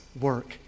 work